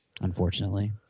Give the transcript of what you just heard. Unfortunately